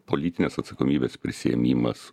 politinės atsakomybės prisiėmimas